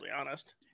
honest